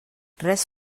res